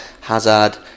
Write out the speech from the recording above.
Hazard